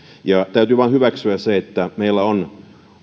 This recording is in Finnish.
aiheesta täytyy vain hyväksyä se että meillä on